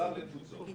השר לתפוצות.